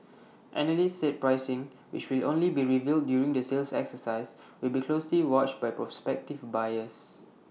analysts said pricing which will only be revealed during the sales exercise will be closely watched by prospective buyers